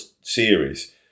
series